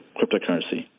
Cryptocurrency